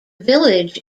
village